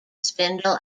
spindle